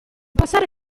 passare